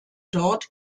dort